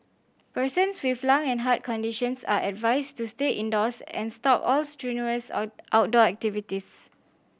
persons with lung and heart conditions are advised to stay indoors and stop all strenuous out outdoor activities